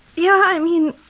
yeah i mean.